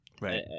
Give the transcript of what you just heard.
Right